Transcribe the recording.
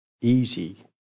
easy